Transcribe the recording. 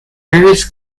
various